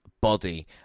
body